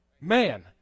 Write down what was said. Man